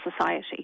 society